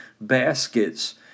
baskets